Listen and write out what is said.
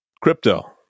crypto